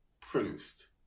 produced